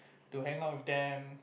to hang out with them